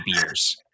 beers